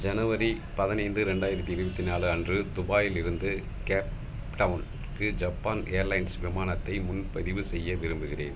ஜனவரி பதினைத்து ரெண்டாயிரத்தி இருபத்தி நாலு அன்று துபாயிலிருந்து கேப்டவுனுக்கு ஜப்பான் ஏர்லைன்ஸ் விமானத்தை முன்பதிவு செய்ய விரும்புகிறேன்